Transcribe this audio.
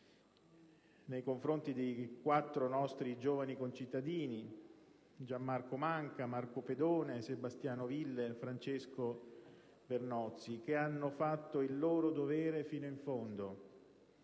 nei confronti dei quattro nostri giovani concittadini: Gianmarco Manca, Marco Pedone, Sebastiano Ville, Francesco Vannozzi, che hanno fatto il loro dovere fino in fondo,